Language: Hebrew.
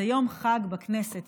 זה יום חג בכנסת.